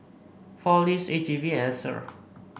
Four Leaves A G V and Acer